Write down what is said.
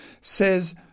says